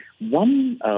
one